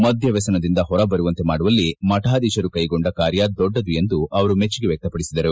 ಮದ್ಯ ವ್ಯಸನದಿಂದ ಹೊರಬರುವಂತೆ ಮಾಡುವಲ್ಲಿ ಮಠಾಧೀಶರು ಕೈಗೊಂಡ ಕಾರ್ಯ ದೊಡ್ಡದು ಎಂದು ಅವರು ಮೆಚ್ಚುಗೆ ವ್ಯಕ್ತಪಡಿಸಿದರು